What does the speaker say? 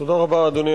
כי רק במאמץ משותף